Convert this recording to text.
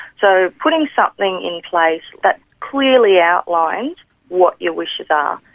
so putting something in place that clearly outlines what your wishes are.